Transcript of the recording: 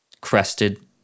crested